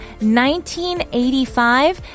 1985